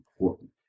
important